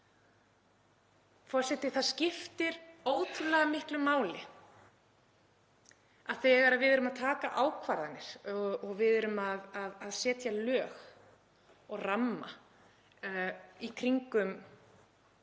Það skiptir ótrúlega miklu máli, þegar við erum að taka ákvarðanir og erum að setja lög og ramma í kringum